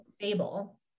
fable